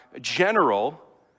general